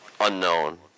unknown